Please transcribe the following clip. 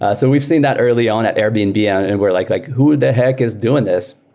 ah so we've seen that early on at airbnb yeah and we're like, like who the heck is doing this?